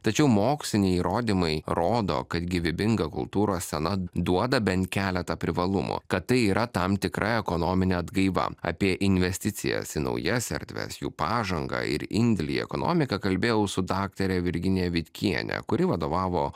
tačiau moksliniai įrodymai rodo kad gyvybinga kultūros scena duoda bent keletą privalumų kad tai yra tam tikra ekonominė atgaiva apie investicijas į naujas erdves jų pažangą ir indėlį į ekonomiką kalbėjau su daktare virginiją vitkienę kuri vadovavo